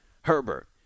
Herbert